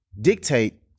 dictate